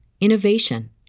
innovation